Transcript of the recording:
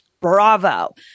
Bravo